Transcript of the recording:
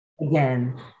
again